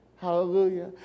Hallelujah